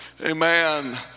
Amen